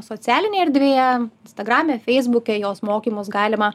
socialinėj erdvėje instagrame feisbuke jos mokymus galima